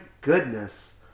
goodness